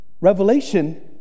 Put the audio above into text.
revelation